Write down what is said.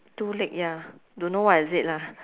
two leg ya don't know what is it lah